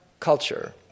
Culture